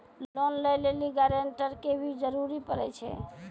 Loan लै लेली guarantor के भी जरूरी पड़ै छै?